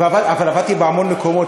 אבל עבדתי בהמון מקומות,